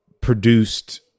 produced